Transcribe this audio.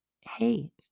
hey